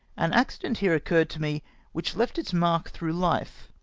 an accident here occurred to me which left its mark through life.